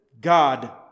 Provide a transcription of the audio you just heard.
God